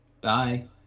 bye